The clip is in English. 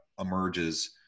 emerges